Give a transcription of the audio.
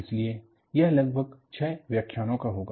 इसलिए यह लगभग छः व्याख्यानो का होगा